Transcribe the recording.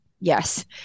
Yes